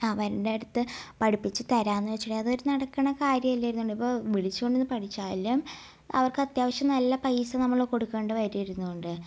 അവരിൻറ്റടുത്ത് പഠിപ്പിച്ച് താരാന്ന് വച്ചിട്ടുണ്ടങ്കിൽ അതൊരു നടക്കണ കാര്യല്ലാന്നുണ്ട് അല്ല അതിപ്പം വിളിച്ച് കൊണ്ട് വന്ന് പഠിച്ചാലും അവർക്ക് അത്യാവശ്യം നല്ല പൈസ നമ്മൾ കൊടുക്കേണ്ടി വരും ഇരുന്നു കൊണ്ട്